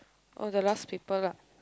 oh the last paper lah